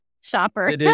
shopper